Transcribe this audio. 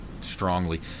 strongly